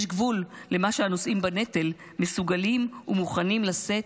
יש גבול למה שהנושאים בנטל מסוגלים ומוכנים לשאת,